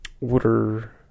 water